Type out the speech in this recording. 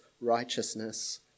righteousness